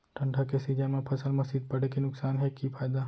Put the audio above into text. ठंडा के सीजन मा फसल मा शीत पड़े के नुकसान हे कि फायदा?